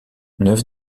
neuf